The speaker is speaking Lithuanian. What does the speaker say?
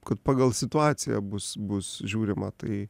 kad pagal situaciją bus bus žiūrima tai